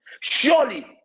Surely